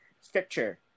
Scripture